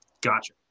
gotcha